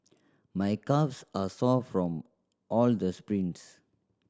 my calves are sore from all the sprints